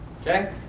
Okay